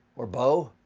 or bo?